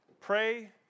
Pray